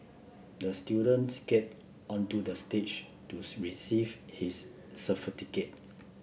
the student skated onto the stage to receive his certificate